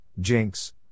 jinx